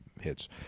hits